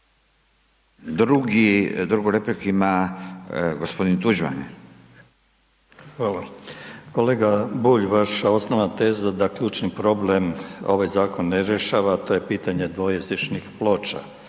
Miroslav (HDZ)** Hvala. Kolega Bulj, vaša osnovna teza da ključni problem ovaj zakon ne rješava, to je pitanje dvojezičnih ploča.